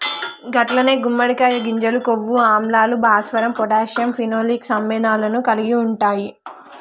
గట్లనే గుమ్మడికాయ గింజలు కొవ్వు ఆమ్లాలు, భాస్వరం పొటాషియం ఫినోలిక్ సమ్మెళనాలను కలిగి ఉంటాయి